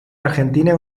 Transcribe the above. argentina